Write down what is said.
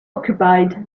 occupied